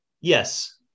Yes